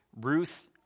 Ruth